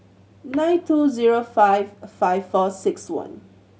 nine two zero five five four six one